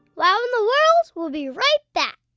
wow in the world will be right back.